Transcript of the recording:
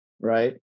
right